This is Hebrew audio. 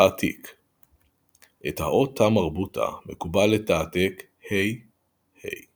תעתיק את האות תא מרבוטה ة מקובל לתעתק ה / ה࣫.